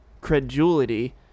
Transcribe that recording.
credulity